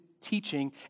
teaching